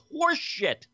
horseshit